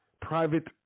private